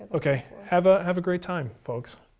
ok, have ah have a great time folks.